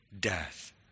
death